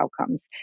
outcomes